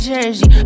Jersey